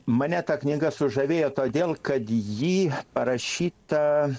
mane ta knyga sužavėjo todėl kad jį parašyta